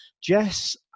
Jess